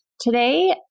Today